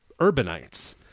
urbanites